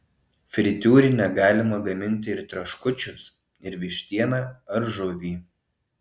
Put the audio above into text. fritiūrine galima gaminti ir traškučius ir vištieną ar žuvį